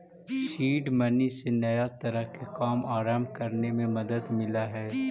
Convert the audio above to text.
seed money से नया तरह के काम आरंभ करे में मदद मिलऽ हई